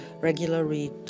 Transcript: regularly